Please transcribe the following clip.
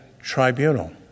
tribunal